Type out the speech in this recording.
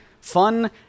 fun